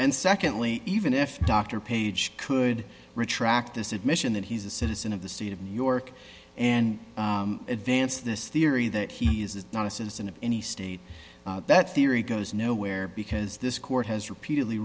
and secondly even if dr paige could retract this admission that he's a citizen of the state of new york and advance this theory that he is not a citizen of any state that theory goes nowhere because this court has repeatedly